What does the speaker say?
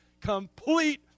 complete